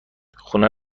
خونه